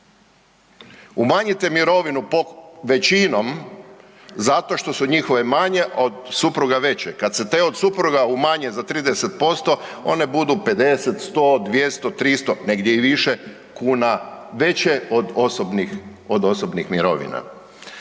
Umanjite mirovinu po većinom zato što su njihove manje, od supruga veće, kada se te od supruga umanje za 30% one budu 50, 100, 200, 300 negdje i više kuna veće od osobnih mirovina.